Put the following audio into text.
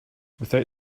without